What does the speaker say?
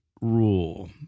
rule